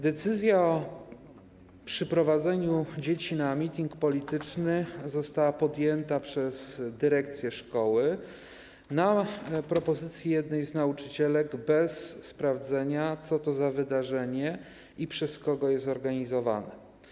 Decyzja o przyprowadzeniu dzieci na mityng polityczny została podjęta przez dyrekcję szkoły na propozycję jednej z nauczycielek, bez sprawdzenia, co to za wydarzenie i przez kogo jest organizowane.